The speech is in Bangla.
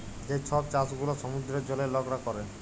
যে ছব চাষ গুলা সমুদ্রের জলে লকরা ক্যরে